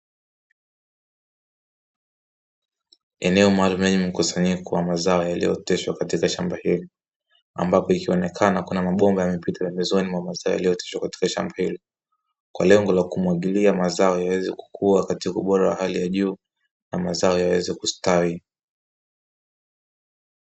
Eneo maalumu lenye mkusanyiko wa mazao yaliyooteshwa katika shamba hili, ambapo ikionekana kuna mabomba yamepita pembezoni mwa mazao yaliyooteshwa katika shamba hili, kwa lengo la kumwagilia mazao yaweze kukua katika ubora wa hali ya juu na mazao yaweze kustawi.